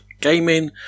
gaming